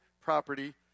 property